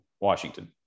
Washington